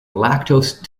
lactose